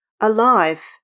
alive